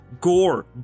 gore